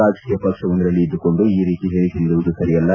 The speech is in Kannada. ರಾಜಕೀಯ ಪಕ್ಷವೊಂದರಲ್ಲಿ ಇದ್ದುಕೊಂಡು ಈ ರೀತಿ ಹೇಳಿಕೆ ನೀಡುವುದು ಸರಿಯಲ್ಲ